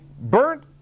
burnt